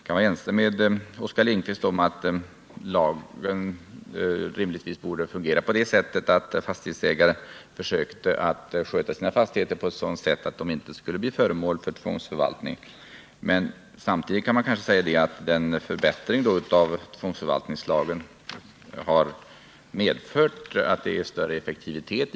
Jag kan hålla med Oskar Lindkvist om att lagen rimligtvis borde ha den effekten att fastighetsägare försöker sköta sina fastigheter på ett sådant sätt att de inte blir föremål för tvångsförvaltning. Men samtidigt kan man kanske säga att förbättringen av tvångsförvaltningslagen har medfört en större effektivitet.